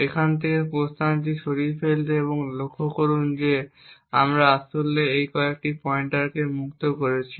এখান থেকে প্রস্থানটি সরিয়ে ফেলতে এবং লক্ষ্য করুন যে আমরা আসলে এই কয়েকটি পয়েন্টারকে মুক্ত করেছি